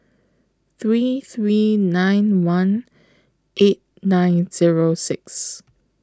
three three nine one eight nine Zero six